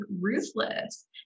ruthless